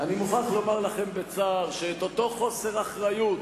אני מוכרח לומר לכם בצער שאת אותו חוסר אחריות